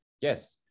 Yes